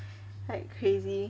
like crazy